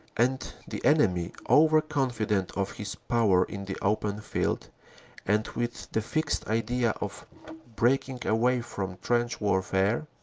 and the enemy, over-confident of his power in the open field and with the fixed idea of breaking away from trench warfare,